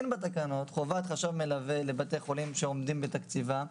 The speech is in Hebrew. חובת חשב מלווה לבתי חולים שעומדים בתקציבם.